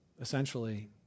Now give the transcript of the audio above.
essentially